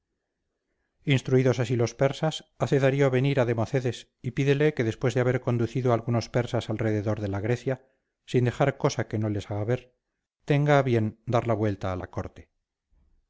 instruidos así los persas hace darío venir a democedes y pídele que después de haber conducido algunos persas alrededor de la grecia sin dejar cosa que no les haga ver tenga a bien dar la vuelta a la corte